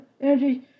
energy